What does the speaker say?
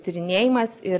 tyrinėjimas ir